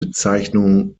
bezeichnung